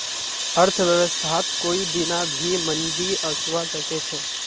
अर्थव्यवस्थात कोई दीना भी मंदी ओसवा सके छे